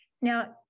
Now